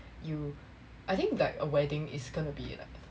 you I think that a wedding is gonna be like